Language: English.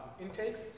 intakes